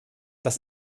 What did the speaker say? das